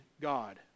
God